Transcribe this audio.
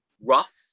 rough